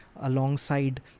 alongside